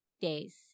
days